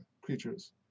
creatures